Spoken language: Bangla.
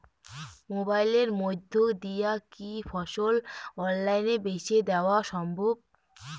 মোবাইলের মইধ্যে দিয়া কি ফসল অনলাইনে বেঁচে দেওয়া সম্ভব?